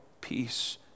peace